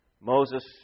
Moses